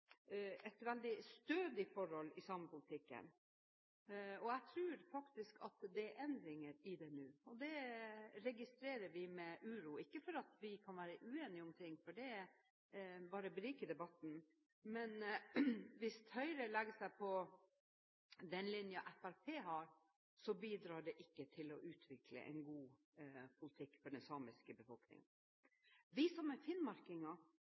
et veldig stødig forhold til samepolitikken, og jeg tror faktisk at det er endringer i det nå. Det registrerer vi med uro – ikke fordi vi ikke kan være uenige om ting, for det bare beriker debatten, men hvis Høyre legger seg på den linjen som Fremskrittspartiet har, bidrar ikke det til å utvikle en god politikk for den samiske befolkningen. Vi som er finnmarkinger,